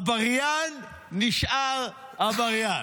עבריין נשאר עבריין.